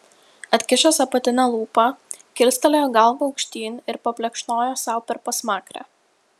atkišęs apatinę lūpą kilstelėjo galvą aukštyn ir paplekšnojo sau per pasmakrę